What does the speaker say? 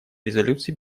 резолюций